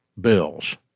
bills